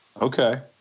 Okay